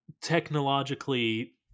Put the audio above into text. technologically